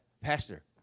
Pastor